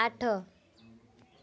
ଆଠ